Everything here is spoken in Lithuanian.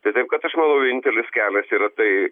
tai taip kad aš manau vienintelis kelias yra tai